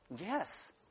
Yes